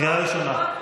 קריאה ראשונה.